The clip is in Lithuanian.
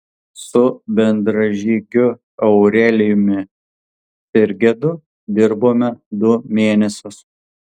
su bendražygiu aurelijumi sirgedu dirbome du mėnesius